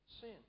sin